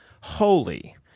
holy